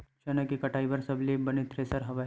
चना के कटाई बर सबले बने थ्रेसर हवय?